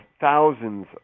thousands